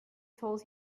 told